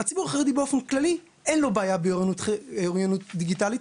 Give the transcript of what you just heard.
הציבור החרדי באופן כללי אין לו בעיה עם אוריינות דיגיטלית,